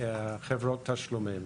על --- לחברות תשלומים,